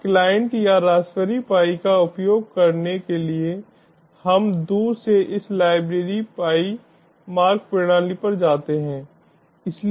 अब क्लाइंट या Raspberry Pi का उपयोग करने के लिए हम दूर से इस रासबेरी पाई मार्ग प्रणाली पर जाते हैं